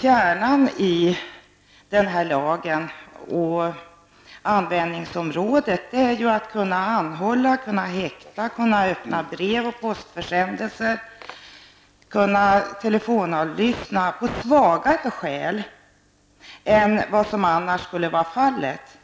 Kärnan i den här lagen och användningsområdet för den är ju att man skall kunna anhålla, häkta, öppna brev och andra postförsändelser, avlyssna telefon osv. på svagare skäl än vad som annars skulle vara fallet.